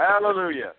Hallelujah